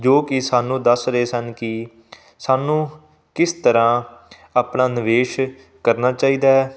ਜੋ ਕਿ ਸਾਨੂੰ ਦੱਸ ਰਹੇ ਸਨ ਕਿ ਸਾਨੂੰ ਕਿਸ ਤਰ੍ਹਾਂ ਆਪਣਾ ਨਿਵੇਸ਼ ਕਰਨਾ ਚਾਹੀਦਾ ਹੈ